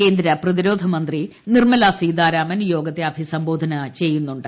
കേന്ദ്രപ്രതിരോധമന്ത്രി നിർമല സീതാരാമൻ യോഗത്തെ അഭിസംബോധന ചെയ്യുന്നുണ്ട്